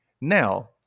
Now